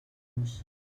nos